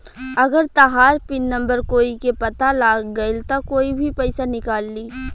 अगर तहार pin number कोई के पता लाग गइल त कोई भी पइसा निकाल ली